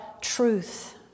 truth